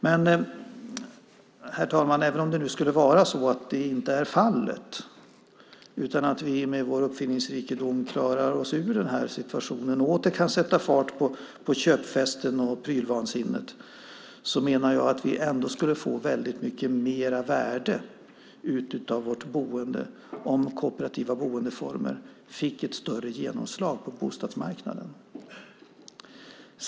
Men, herr talman, även om det nu skulle vara så att det inte är fallet, utan att vi med vår uppfinningsrikedom klarar oss ur den här situationen och åter kan sätta fart på köpfesten och prylvansinnet, menar jag att vi ändå skulle få väldigt mycket mer värde av vårt boende om kooperativa boendeformer fick ett större genomslag på bostadsmarknaden.